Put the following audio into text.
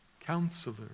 Counselor